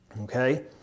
Okay